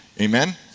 Amen